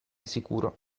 sicuro